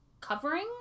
covering